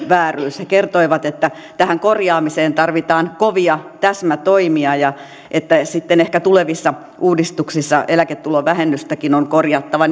vääryys he kertoivat että tähän korjaamiseen tarvitaan kovia täsmätoimia ja että sitten ehkä tulevissa uudistuksissa eläketulovähennystäkin on korjattava